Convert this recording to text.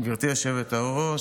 גברתי היושבת-ראש,